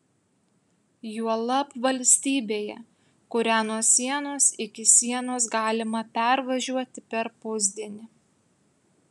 juolab valstybėje kurią nuo sienos iki sienos galima pervažiuoti per pusdienį